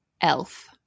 Elf